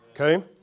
Okay